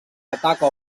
ataca